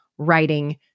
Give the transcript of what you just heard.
writing